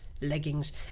leggings